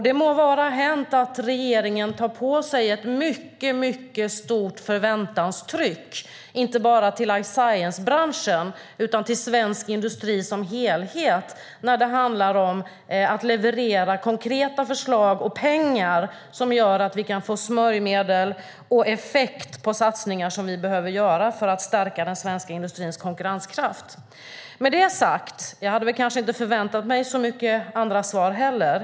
Det må vara hänt att regeringen tar på sig ett mycket stort förväntanstryck inte bara i förhållande till life science-branschen utan också till svensk industri som helhet när det handlar om att leverera konkreta förslag och pengar så att vi kan få smörjmedel och effekt på de satsningar som vi behöver göra för att stärka den svenska industrins konkurrenskraft. Jag hade kanske inte förväntat mig så mycket annat till svar.